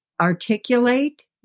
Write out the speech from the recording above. articulate